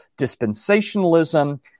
dispensationalism